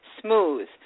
smooth